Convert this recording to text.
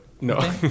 No